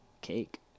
cake